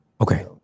Okay